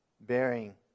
bearing